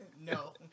no